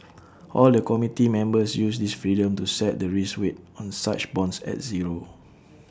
all the committee members use this freedom to set the risk weight on such bonds at zero